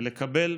ולקבל,